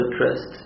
trust